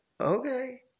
Okay